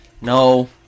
No